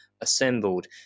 assembled